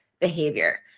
behavior